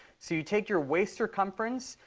so you take your waist circumference.